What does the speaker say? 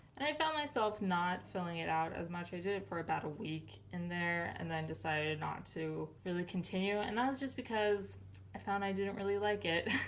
and i found myself not filling it out as much. i did it for about a week in there and then decided not to really continue and that was just because i found i didn't really like it.